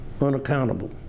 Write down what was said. unaccountable